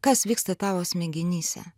kas vyksta tavo smegenyse